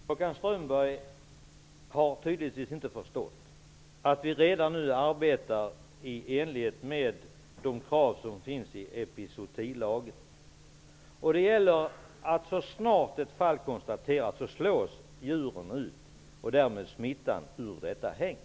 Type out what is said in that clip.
Herr talman! Håkan Strömberg har tydligen inte förstått att vi redan nu arbetar i enlighet med de krav som finns i epizootilagen. Så snart ett fall av tbc konstateras slås djuren ut. Därmed försvinner smittan ur hägnet.